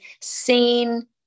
seen